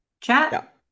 chat